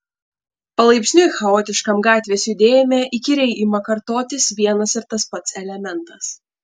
palaipsniui chaotiškam gatvės judėjime įkyriai ima kartotis vienas ir tas pats elementas